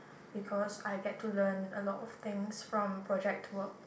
because I get to learn a lot of things from project work